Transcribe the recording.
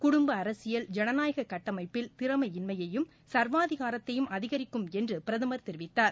குடும்ப அரசியல் ஜனநாயக கட்டமைப்பில் திறமையின்மையையும் சர்வாதிகாரத்தையும் அதிகரிக்கும் என்று பிரதமர் தெரிவித்தார்